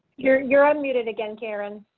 you're, you're unmuted. again, karen.